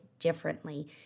differently